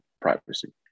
privacy